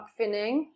finning